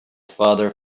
father